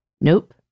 Nope